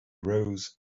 rose